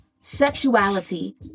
sexuality